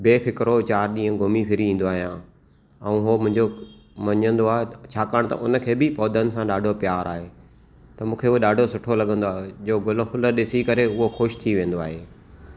बेफ़िक्रो चारि ॾींह घूमी फिरी ईंदो आहियां ऐं हो मुंहिंजो मञंदो आहे छाकाणि त हुन खे बि पौधनि सां ॾाढ़ो प्यार आहे त मूंखे उह ॾाढ़ो सुठो लॻंदो आहे जो गुल फुल ॾिसी करे उहो ख़ुश थी वेंदो आहे